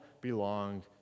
belonged